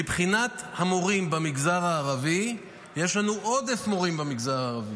מבחינת המורים במגזר הערבי יש לנו עודף מורים במגזר הערבי.